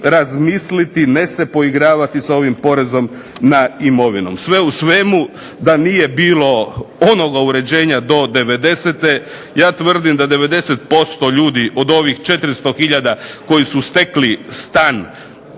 razmisliti, ne se poigravati sa ovim porezom na imovinu. Sve u svemu da nije bilo onoga uređenja do devedesete ja tvrdim da 90% ljudi od ovih 400 hiljada koji su stekli stan